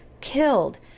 killed